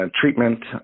treatment